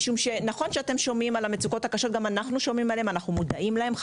גם אנחנו שומעים על המצוקות הקשות ומודעים להן.